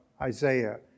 Isaiah